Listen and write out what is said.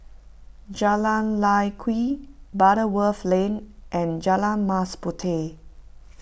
Jalan Lye Kwee Butterworth Lane and Jalan Mas Puteh